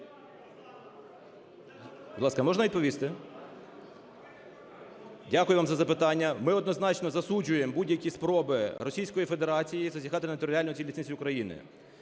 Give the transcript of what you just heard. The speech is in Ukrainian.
Дякую вам за запитання. Ми однозначно засуджуємо будь-які спроби Російської Федерації зазіхати на територіальну цілісність України.